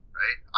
right